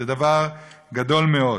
זה דבר גדול מאוד.